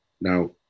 Now